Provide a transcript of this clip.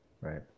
Right